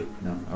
No